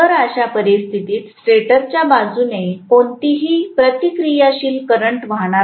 तर अशा परिस्थितीत स्टेटरच्या बाजूने कोणतीही प्रतिक्रियाशील करंट वाहणार नाही